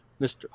Mr